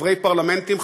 חברי פרלמנטים,